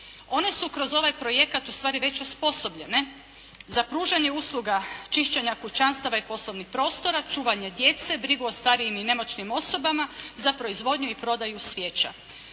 One su kroz ovaj projekat u stvari već osposobljene za pružanje usluga čišćenja kućanstava i poslovnih prostora, čuvanja djece, brigu o starijim i nemoćnim osobama, za proizvodnju i prodaju svijeća.